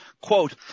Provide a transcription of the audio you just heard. quote